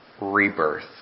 rebirth